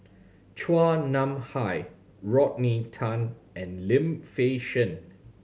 Chua Nam Hai Rodney Tan and Lim Fei Shen